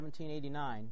1789